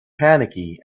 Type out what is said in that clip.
panicky